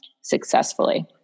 successfully